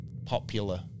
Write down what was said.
popular